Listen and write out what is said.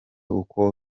uko